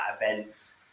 events